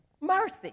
mercy